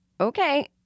okay